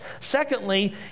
Secondly